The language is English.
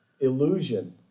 illusion